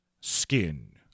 skin